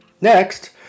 Next